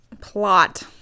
Plot